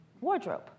wardrobe